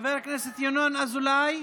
חבר הכנסת ינון אזולאי,